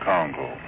Congo